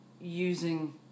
using